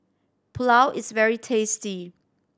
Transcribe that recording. pulao is very tasty